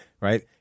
right